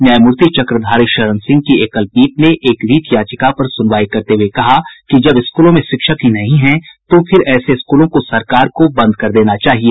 न्यायमूर्ति चक्रधारी शरण सिंह की एकल पीठ ने एक रिट याचिका पर सुनवाई करते हुए कहा कि जब स्कूलों में शिक्षक ही नहीं है तो फिर ऐसे स्कूलों को सरकार को बंद कर देना चाहिए